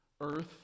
Earth